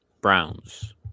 Browns